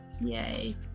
Yay